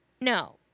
No